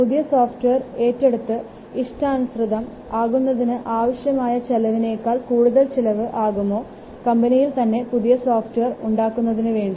പുതിയ സോഫ്റ്റ്വെയർ ഏറ്റെടുത്ത് ഇഷ്ടാനുസൃതം ആക്കുന്നതിന് ആവശ്യമായ ചെലവിനേക്കാൾ കൂടുതൽ ചിലവ് ആകുമോ കമ്പനിയിൽ തന്നെ പുതിയ സോഫ്റ്റ്വെയർ ഉണ്ടാക്കുന്നതിനുവേണ്ടി